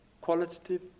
qualitative